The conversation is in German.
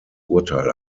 urteil